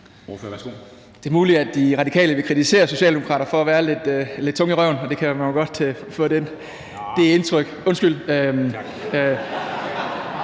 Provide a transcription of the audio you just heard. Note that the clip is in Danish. Det er muligt, at De Radikale vil kritisere Socialdemokraterne for at være lidt tunge i røven, undskyld (Formanden (Henrik Dam